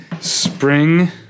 spring